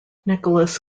nicholas